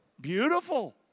Beautiful